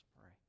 pray